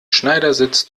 schneidersitz